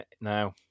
now